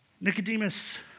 Nicodemus